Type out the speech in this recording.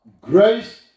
Grace